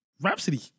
Rhapsody